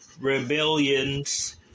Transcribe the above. rebellions